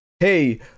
Hey